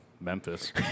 Memphis